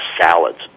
salads